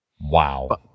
Wow